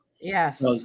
yes